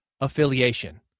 affiliation